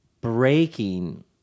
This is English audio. breaking